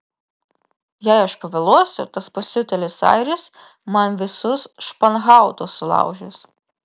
jei aš pavėluosiu tas pasiutėlis airis man visus španhautus sulaužys